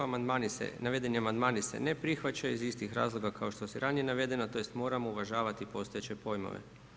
Amandmani se, navedeni amandmani se ne prihvaćaju iz istih razloga kao što je ranije navedeno, tj. moramo uvažavati postojeće pojmove.